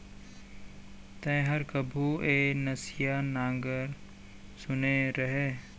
तैंहर कभू एक नसिया नांगर सुने रहें?